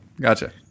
Gotcha